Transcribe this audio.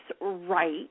right